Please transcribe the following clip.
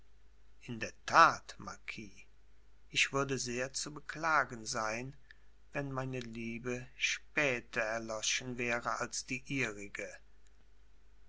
in der tat marquis ich würde sehr zu beklagen sein wenn meine liebe später erloschen wäre als die ihrige